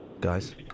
Guys